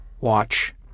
watch